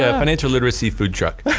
yeah financial literacy food truck.